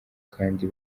kandi